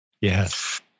Yes